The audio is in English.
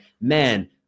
man